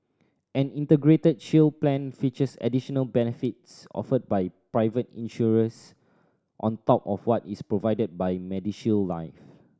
an Integrated Shield Plan features additional benefits offered by private insurers on top of what is provided by MediShield Life